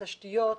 תשתיות,